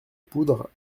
poudre